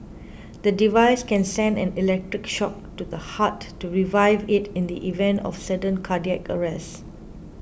the device can send an electric shock to the heart to revive it in the event of sudden cardiac arrest